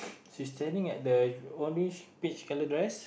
she standing at the only peach colored dress